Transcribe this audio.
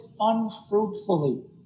unfruitfully